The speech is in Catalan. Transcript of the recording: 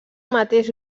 mateix